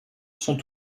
sont